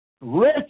rich